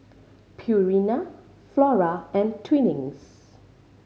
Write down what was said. Purina Flora and Twinings